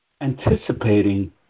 anticipating